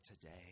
today